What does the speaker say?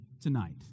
tonight